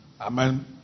Amen